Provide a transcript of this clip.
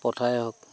পথাৰেই হওক